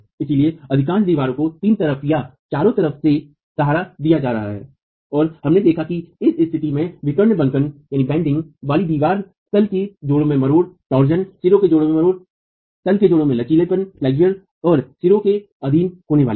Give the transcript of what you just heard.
इसलिए अधिकांश दीवारों को 3 तरफ या 4 तरफ से सहारा दिया जा रहा है और हमने देखा है कि इस स्थिति में विकर्ण बंकन वाली दीवार तल के जोड़ों में मरोड़ सिरों के जोड़ो में मरोड़ तल के जोड़ लचीलेपन और सिरों के अधीन होने वाली है